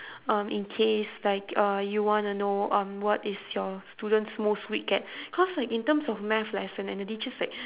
um in case like uh you wanna know um what is your students most weak at because like in terms of math lesson and the teacher's like